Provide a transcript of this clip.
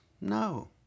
No